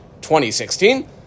2016